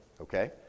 okay